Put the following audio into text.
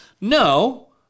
No